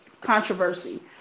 controversy